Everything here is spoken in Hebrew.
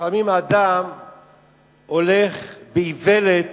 לפעמים אדם הולך באיוולת